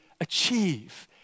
achieve